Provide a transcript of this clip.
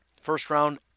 First-round